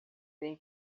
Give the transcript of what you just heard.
tem